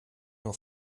nur